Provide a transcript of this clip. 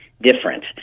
different